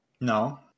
No